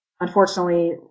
Unfortunately